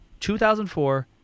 2004